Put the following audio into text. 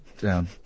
down